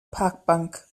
parkbank